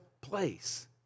place